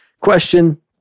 question